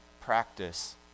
practice